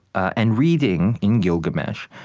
and reading in gilgamesh,